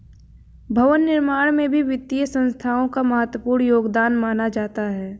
भवन निर्माण में भी वित्तीय संस्थाओं का महत्वपूर्ण योगदान माना जाता है